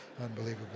Unbelievable